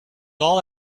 all